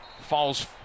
falls